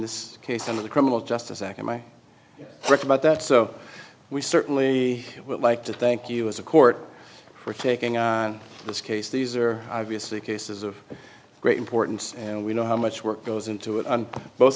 this case some of the criminal justice act in my book about that so we certainly would like to thank you as a court for taking on this case these are obviously cases of great importance and we know how much work goes into it on both